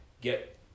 get